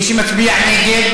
מי שמצביע נגד,